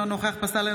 אינו נוכח משה פסל,